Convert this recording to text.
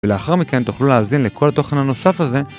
ולאחר מכן תוכלו להאזין לכל התוכן הנוסף הזה